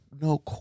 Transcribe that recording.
no